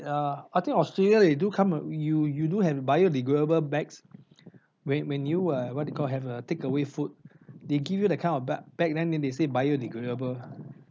uh I think australia they do come ah you you do have biodegradable bags when when you uh what do you call have a takeaway food they give you that kind of bag bag then they say biodegradable